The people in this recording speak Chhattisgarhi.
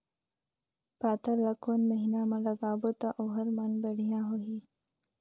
पातल ला कोन महीना मा लगाबो ता ओहार मान बेडिया होही?